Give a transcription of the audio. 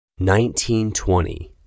1920